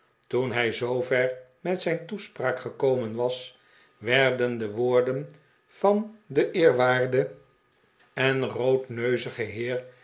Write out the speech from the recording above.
toen hij zoover met zijn toespraak gekomen was werden de woorden van den eerwaarden en roodneuzigen heer